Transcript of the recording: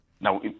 Now